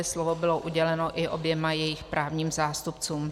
Slovo bylo uděleno i oběma jejich právním zástupcům.